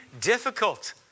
difficult